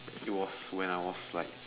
it was when I was like